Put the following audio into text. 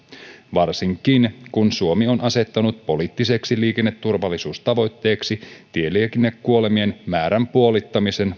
varsinkin kun suomi on asettanut poliittiseksi liikenneturvallisuustavoitteeksi tieliikennekuolemien määrän puolittamisen